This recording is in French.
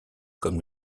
comme